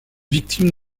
victime